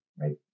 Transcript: right